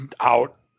out